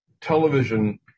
Television